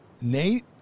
Nate